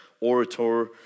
orator